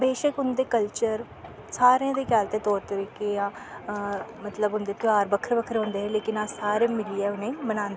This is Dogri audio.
बेशक्क उं'दे कल्चर सारें दे गै तौर तरीके जां मतलव उं'दे ध्योहार बक्खरे बक्खरे होंदे हे लेकिन अस सारे मिलियै उनेंई बनांदे हे